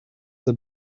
have